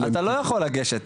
זה לא המצב, אתה לא יכול לגשת.